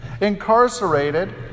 incarcerated